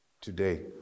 Today